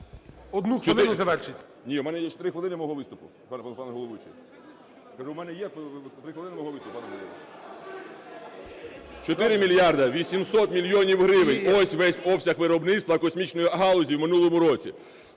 пане головуючий. Кажу, в мене є 3 хвилини мого виступу, пане головуючий. 4 мільярди 800 мільйонів гривень – ось весь обсяг виробництва космічної галузі в минулому році.